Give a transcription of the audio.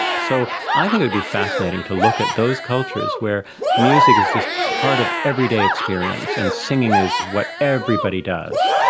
so i think it would be fascinating to look at those cultures where music is just part of everyday experience, and singing is what everybody does.